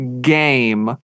game